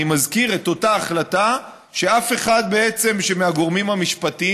אני מזכיר: את אותה החלטה שאף אחד מהגורמים המשפטיים